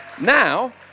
now